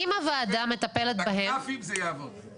ואנחנו היינו בקורונה וראינו מה קורה על תו סגול.